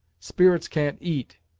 spirits can't eat,